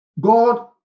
God